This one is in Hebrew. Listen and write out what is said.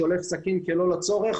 שולף סכין שלא לצורך?